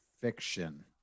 fiction